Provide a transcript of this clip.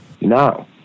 No